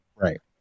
Right